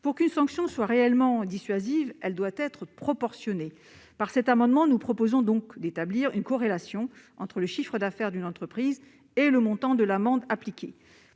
Pour qu'une sanction soit réellement dissuasive, elle doit être proportionnée. Par cet amendement, nous proposons donc d'établir une corrélation entre le chiffre d'affaires d'une entreprise et le montant de l'amende.